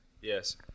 Yes